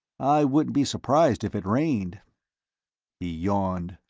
i wouldn't be surprised if it rained. he yawned.